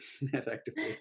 effectively